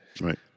Right